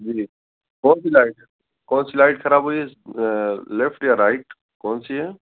جی کون سی لائٹ کون سی لائٹ خراب ہوئی ہے لیفٹ یا رائٹ کون سی ہے